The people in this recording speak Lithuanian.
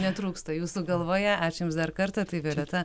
netrūksta jūsų galvoje ačiū jums dar kartą tai violeta